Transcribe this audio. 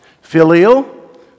Filial